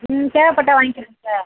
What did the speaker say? ம் தேவைப்பட்டா வாங்கிக்கிறேங்க சார்